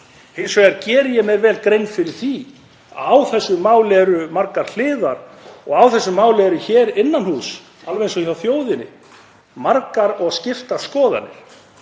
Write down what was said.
Hins vegar geri ég mér vel grein fyrir því að á þessu máli eru margar hliðar og á þessu máli eru hér innan húss, alveg eins og hjá þjóðinni, margar og skiptar skoðanir.